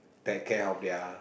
take care of their